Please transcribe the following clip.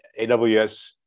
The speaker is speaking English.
AWS